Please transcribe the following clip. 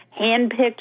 handpicked